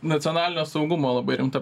nacionalinio saugumo labai rimta